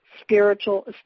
spiritual –